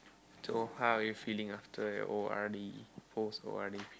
so how are you feeling after your o_r_d post o_r_d